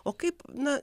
o kaip na